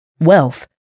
Wealth